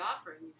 offering